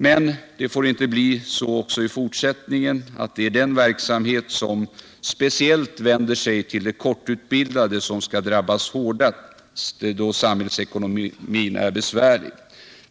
Men det får inte bli så också i fortsättningen att det är den verksamhet som speciellt vänder sig till de kortutbildade som skall drabbas hårdast då samhällsekonomin är besvärlig.